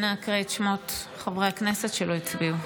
נא הקרא את שמות חברי הכנסת שלא הצביעו.